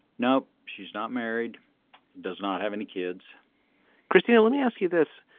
no she's not married does not have any kids kristina let me ask you this.